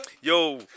Yo